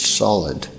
solid